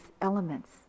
elements